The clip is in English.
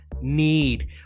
need